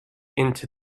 into